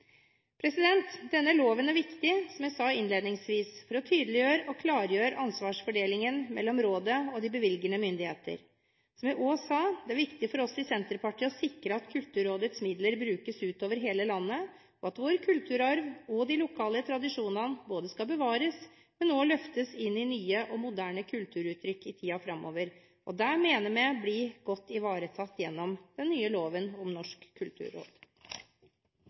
Denne loven er viktig, som jeg sa innledningsvis, for å tydeliggjøre og klargjøre ansvarsfordelingen mellom rådet og de bevilgende myndigheter. Som jeg også sa, er det viktig for oss i Senterpartiet å sikre at Kulturrådets midler brukes utover hele landet, og at vår kulturarv – også de lokale tradisjonene – skal bevares, men også løftes inn i nye og moderne kulturuttrykk i tida framover. Det mener vi blir godt ivaretatt gjennom den nye loven om Norsk kulturråd.